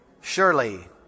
Surely